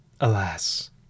Alas